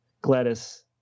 Gladys